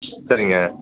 சரிங்க